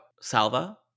Salva